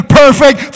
perfect